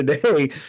today